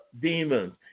demons